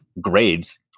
grades